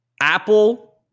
Apple